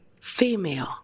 female